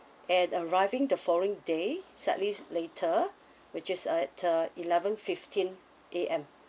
and arriving the following day slightly later which is uh uh eleven fifteen A_M